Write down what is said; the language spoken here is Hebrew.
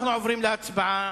אנחנו עוברים להצבעה.